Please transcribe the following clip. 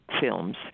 films